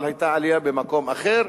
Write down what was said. אבל היתה עלייה במקום אחר,